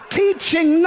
teaching